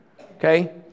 okay